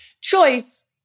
Choice